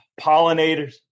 pollinators